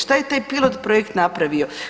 Šta je taj pilot projekt napravio?